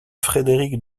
frédéric